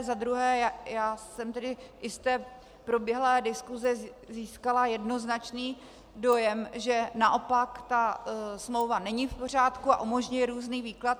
Za druhé, já jsem tedy i z proběhlé diskuse získala jednoznačný dojem, že naopak ta smlouva není v pořádku a umožňuje různý výklad.